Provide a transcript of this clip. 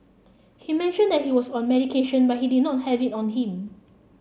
he mentioned that he was on medication but he did not have it on him